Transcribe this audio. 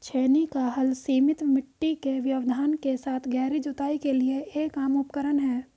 छेनी का हल सीमित मिट्टी के व्यवधान के साथ गहरी जुताई के लिए एक आम उपकरण है